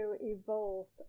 evolved